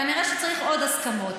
כנראה שצריך עוד הסכמות.